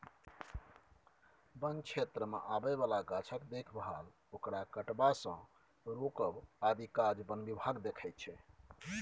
बन क्षेत्रमे आबय बला गाछक देखभाल ओकरा कटबासँ रोकब आदिक काज बन विभाग देखैत छै